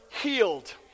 healed